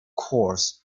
course